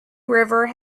river